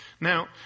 Now